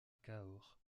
cahors